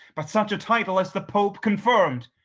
but such a title as the pope confirmed?